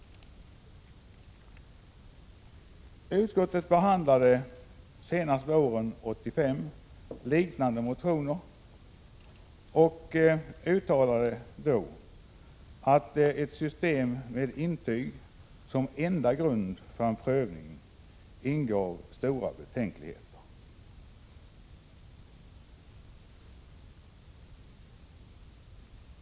Utskottet behandlade senast våren 1985 liknande motioner och uttalade då, att ett system med intyg som enda grund för en prövning ingav stora betänkligheter.